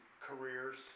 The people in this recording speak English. careers